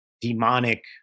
demonic